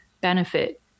benefit